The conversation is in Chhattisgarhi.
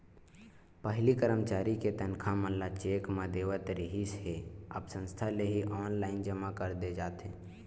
पहिली करमचारी के तनखा मन ल चेक म देवत रिहिस हे अब संस्था ले ही ऑनलाईन जमा कर दे जाथे